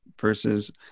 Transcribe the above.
versus